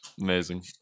Amazing